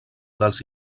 dels